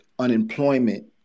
unemployment